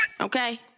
Okay